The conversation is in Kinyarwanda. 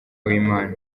w’imana